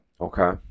Okay